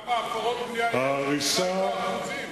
כמה הפרות בנייה יש יותר באחוזים?